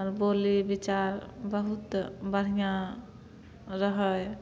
आओर बोली विचार बहुत बढ़िआँ रहै